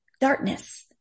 darkness